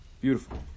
Beautiful